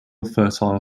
fertile